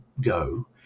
go